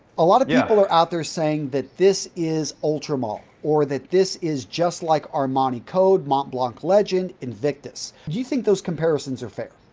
a lot of yeah people are out there saying that this is ultra male or that this is just like armani code, mont blanc legend, invictus. do you think those comparisons are fair?